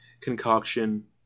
concoction